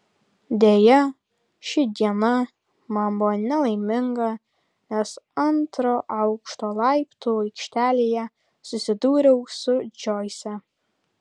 deja ši diena man buvo nelaiminga nes antro aukšto laiptų aikštelėje susidūriau su džoise